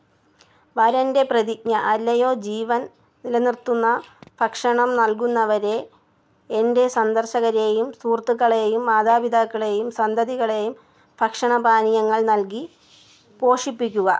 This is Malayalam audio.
വരൻ്റെ പ്രതിജ്ഞ അല്ലയോ ജീവൻ നിലനിർത്തുന്ന ഭക്ഷണം നൽകുന്നവരേ എൻ്റെ സന്ദർശകരേയും സുഹൃത്തുക്കളേയും മാതാപിതാക്കളേയും സന്തതികളേയും ഭക്ഷണ പാനീയങ്ങൾ നൽകി പോഷിപ്പിക്കുക